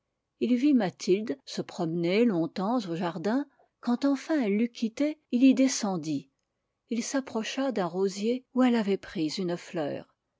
il vit mathilde se promener longtemps au jardin quand enfin elle l'eut quitté il y descendit il s'approcha d'un rosier où elle avait pris une fleur